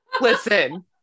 listen